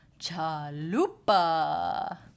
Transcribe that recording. Chalupa